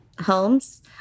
homes